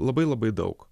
labai labai daug